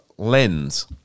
lens